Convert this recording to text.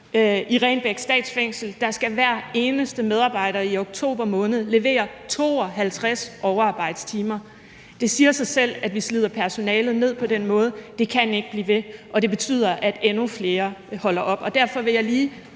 I Renbæk Statsfængsel skal hver eneste medarbejder i oktober måned levere 52 overarbejdstimer. Det siger sig selv, at vi slider personalet ned på den måde – det kan ikke blive ved – og det betyder, at endnu flere holder op.